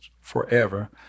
forever